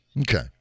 Okay